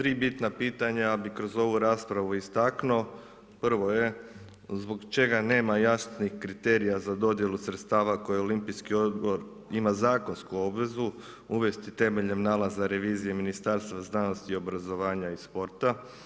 3 bitna pitanja, bi kroz ovu raspravu istaknuo, prvo je zbog čega nema jasnih kriterija za dodjelu sredstava koje Olimpijski odbor ima zakonsku obvezu uvesti temeljem nalaza revizije Ministarstva znanosti, obrazovanja i sporta.